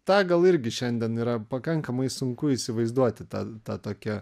tą gal irgi šiandien yra pakankamai sunku įsivaizduoti tą tą tokią